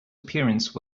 appearance